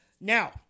Now